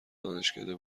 دانشکده